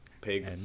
pig